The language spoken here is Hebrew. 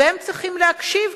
ושהם צריכים להקשיב,